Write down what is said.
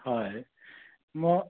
হয় মই